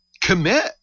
commit